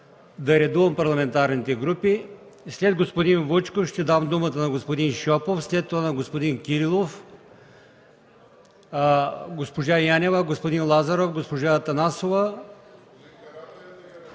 да редувам парламентарните групи след господин Вучков ще дам думата на господин Шопов, след това на господин Кирилов, госпожа Янева, господин Лазаров, госпожа Атанасова,